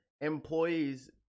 employees